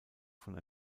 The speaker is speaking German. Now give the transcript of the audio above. von